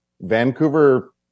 Vancouver